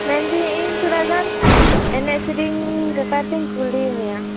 ᱢᱮᱱᱫᱟᱹᱧ ᱤᱧ ᱛᱷᱚᱲᱟᱜᱟᱱ ᱮᱱᱮᱡ ᱥᱮᱨᱮᱧ ᱵᱮᱯᱟᱨᱛᱤᱧ ᱠᱩᱞᱤ ᱢᱮᱭᱟ